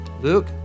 Luke